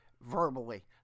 verbally